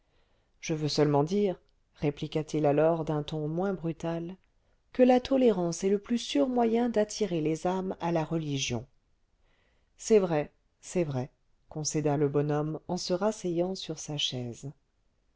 je veux seulement dire répliqua-t-il alors d'un ton moins brutal que la tolérance est le plus sûr moyen d'attirer les âmes à la religion c'est vrai c'est vrai concéda le bonhomme en se rasseyant sur sa chaise